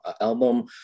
album